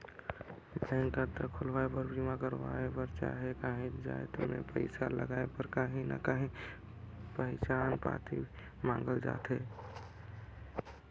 bank खाता खोलवाए बर, बीमा करवाए बर चहे काहींच जाएत में पइसा लगाए बर काहीं ना काहीं पहिचान पाती मांगल जाथे